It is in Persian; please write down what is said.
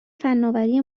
فناوری